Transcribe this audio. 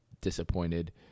disappointed